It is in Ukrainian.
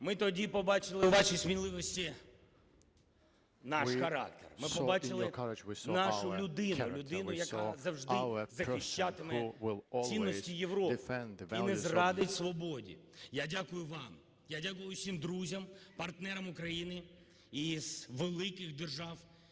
ми побачили нашу людину, людину, яка завжди захищатиме цінності Європи і не зрадить свободі. Я дякую вам. Я дякую усім друзям, партнерам України із великих держав